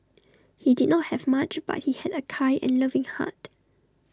he did not have much but he had A kind and loving heart